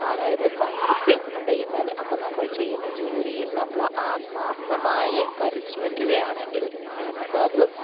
അതായത് സംതൃപ്തി അടയുന്നത് അപ്പം നമ്മൾ ചെയ്യുന്ന ജോലിയിൽ നമ്മൾ ആത്മാർഥമായി പരിശ്രമിക്കുകയാണെങ്കിൽ നമുക്കത്